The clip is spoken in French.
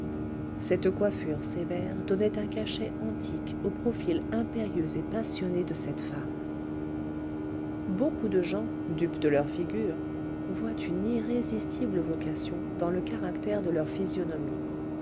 cette coiffure sévère donnait un cachet antique au profil impérieux et passionné de cette femme beaucoup de gens dupes de leur figure voient une irrésistible vocation dans le caractère de leur physionomie